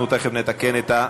שנייה.